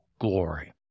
glory